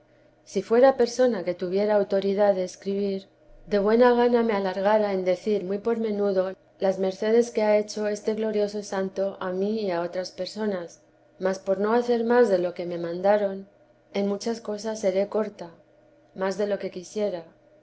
si fuera persona que tuviera autoridad de escribir de buena gana teresa de jese me alargara en decir muy por menudo las mercedes que lia hecho este glorioso santo a mí y a otras personas mas por no hacer más de lo que me mandaron en muchas cosas seré corta más de lo que quisiera